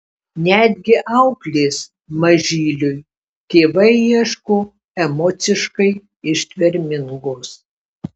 netgi auklės mažyliui tėvai ieško emociškai ištvermingos